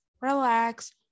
relax